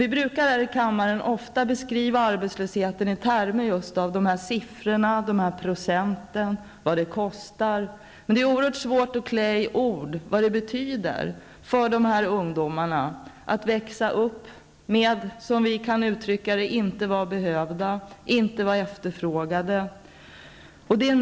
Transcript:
Vi brukar här i kammaren ofta beskriva arbetslösheten i procent och genom att ange vad den kostar, men det är oerhört svårt att klä i ord vad det betyder för dessa ungdomar att växa upp med känslan av att inte vara behövda, att inte vara efterfrågade.